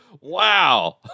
wow